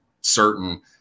certain